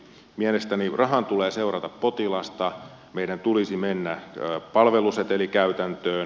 mielestäni rahan tulee seurata potilasta meidän tulisi mennä palvelusetelikäytäntöön